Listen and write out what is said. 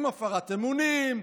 עם הפרת אמונים,